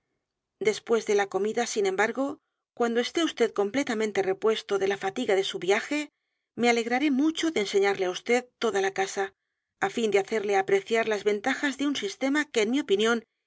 después de la comida sin embargo cuando esté vd completamente repuesto de la fatiga de su viaje me alegraré mucho de enseñarle á vd toda la casa áfin de hacerle apreciar las ventajas de un sistema que en mi opinión